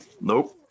Nope